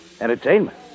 Entertainment